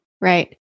Right